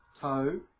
Toe